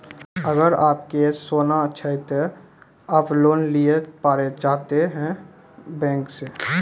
अगर आप के सोना छै ते आप लोन लिए पारे चाहते हैं बैंक से?